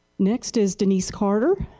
next is denise carter.